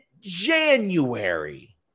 January